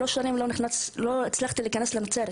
שלוש שנים לא הצלחתי להיכנס לנצרת,